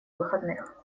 выходных